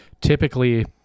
typically